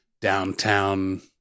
downtown